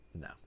No